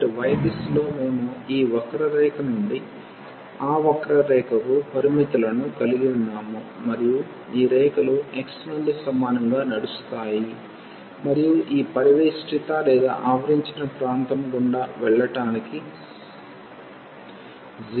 కాబట్టి y దిశలో మేము ఈ వక్రరేఖ నుండి ఆ వక్రరేఖకు పరిమితులను కలిగి ఉన్నాము మరియు ఈ రేఖలు x నుండి సమానంగా నడుస్తాయి మరియు ఈ పరివేష్టిత లేదా ఆవరించిన ప్రాంతం గుండా వెళ్ళడానికి 0 కి x సమానంగా ఉంటుంది